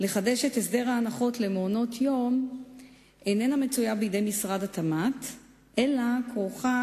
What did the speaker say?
לחדש את הסדר ההנחות למעונות-יום איננה מצויה בידי משרד התמ"ת אלא כרוכה